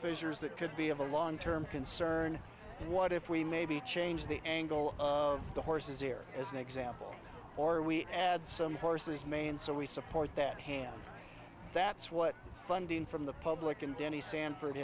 fissures that could be of a long term concern what if we maybe change the angle of the horses here as an example or we add some horse's mane so we support that hand that's what funding from the public and danny sanford